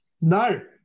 No